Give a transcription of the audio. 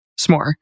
Smore